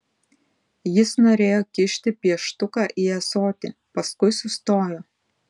jis norėjo kišti pieštuką į ąsotį paskui sustojo